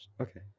Okay